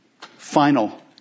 final